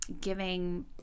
giving